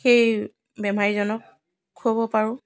সেই বেমাৰীজনক খোৱাব পাৰোঁ